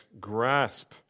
grasp